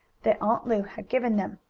that aunt lu had given them,